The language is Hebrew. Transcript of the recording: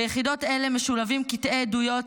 ביחידות אלה משולבים קטעי עדויות,